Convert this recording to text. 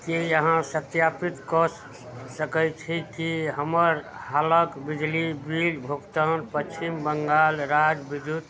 कि अहाँ सत्यापित कऽ सकै छी कि हमर हालके बिजली बिल भुगतान पच्छिम बङ्गाल राज्य विद्युत